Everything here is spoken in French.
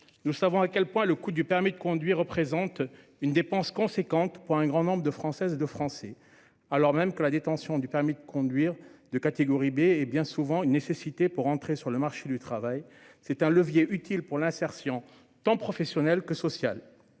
Nous savons à quel point le coût du permis de conduire représente une dépense importante pour un grand nombre de Françaises et de Français, alors même que la détention d'un permis de conduire de catégorie B est bien souvent une nécessité pour entrer sur le marché du travail. Ce permis de conduire est un levier utile pour l'insertion tant professionnelle que sociale.